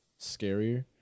scarier